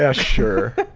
ah sure.